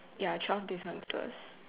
ya twelve differences